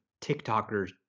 TikTokers